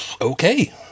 Okay